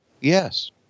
Yes